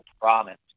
promise